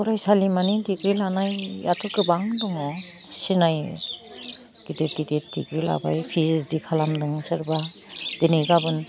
फरायसालिमानि दिग्रि लानायाथ' गोबां दङ सिनाय गिदिर गिदिर दिग्रि लाबाय पिओइसदि खालामदों सोरबा दिनै गाबोन